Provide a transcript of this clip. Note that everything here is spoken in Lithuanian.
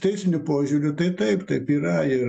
teisiniu požiūriu tai taip taip yra ir